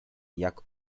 jak